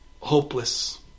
hopeless